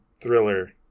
thriller